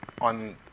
on